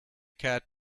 cat